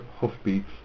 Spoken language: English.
hoofbeats